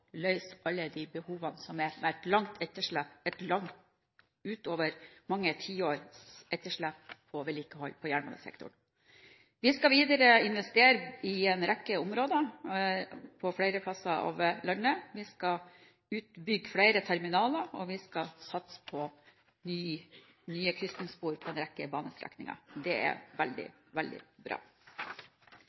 løse alle de behovene som er med et langt etterslep – mange tiårs etterslep på vedlikehold i jernbanesektoren. Vi skal videre investere i en rekke områder på flere steder i landet. Vi skal bygge ut flere terminaler, og vi skal satse på nye krysningsspor på en rekke banestrekninger. Det er veldig, veldig bra.